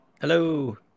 Hello